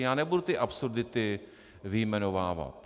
Já nebudu ty absurdity vyjmenovávat.